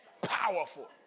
powerful